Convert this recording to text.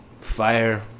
fire